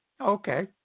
Okay